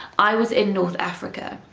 i was in north africa.